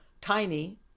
Tiny